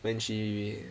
when she